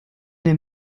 den